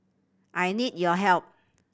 I need your help